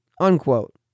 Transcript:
Unquote